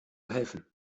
helfen